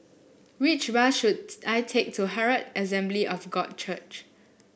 which bus should I take to Herald Assembly of God Church